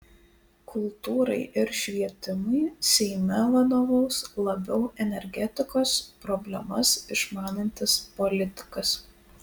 kultūrai ir švietimui seime vadovaus labiau energetikos problemas išmanantis politikas